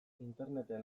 interneten